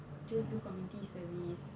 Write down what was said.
just do community service